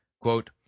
Quote